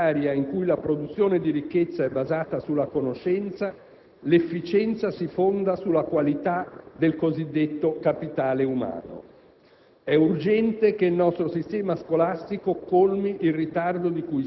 settore. Scuola: in un mondo di competizione planetaria in cui la produzione di ricchezza è basata sulla conoscenza, l'efficienza si fonda sulla qualità del cosiddetto capitale umano.